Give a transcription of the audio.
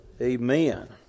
Amen